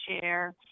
share